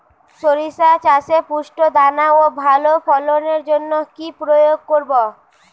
শরিষা চাষে পুষ্ট দানা ও ভালো ফলনের জন্য কি প্রয়োগ করব?